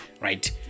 right